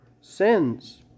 sins